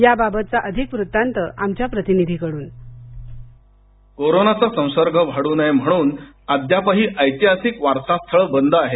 याबाबतचा अधिक वृतांत आमच्या प्रतिनिधीकडून कोरोनाचा संसर्ग वाढू नये म्हणून अद्यापही ऐतिहासिक वारसास्थळं बद आहेत